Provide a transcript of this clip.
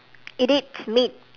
it eats meat